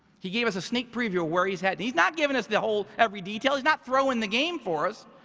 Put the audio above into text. he gave us a sneak preview of where he's at. and he's not giving us the whole, every detail. he's not throwing the game for us.